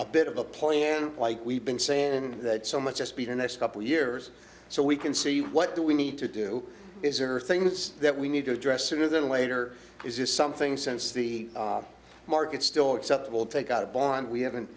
a bit of a plan like we've been saying that so much as to be the next couple years so we can see what do we need to do is there are things that we need to address sooner than later is this something since the market still acceptable take out a bond we haven't